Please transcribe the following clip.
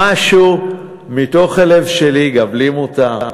משהו מתוך הלב שלי, גם לי מותר,